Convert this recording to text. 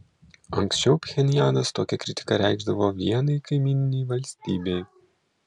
anksčiau pchenjanas tokią kritiką reikšdavo vienai kaimyninei valstybei